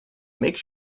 make